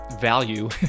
value